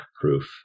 proof